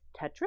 Tetris